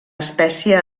espècie